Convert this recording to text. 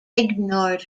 ignored